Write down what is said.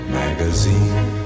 magazine